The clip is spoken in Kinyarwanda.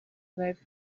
live